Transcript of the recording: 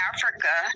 Africa